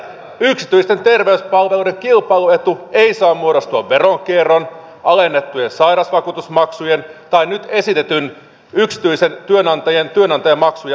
yksityisten terveyspalveluiden kilpailuetu ei saa muodostua veronkierrosta alennetuista sairausvakuutusmaksuista tai nyt esitetystä yksityisten työnantajamaksujen alentamisesta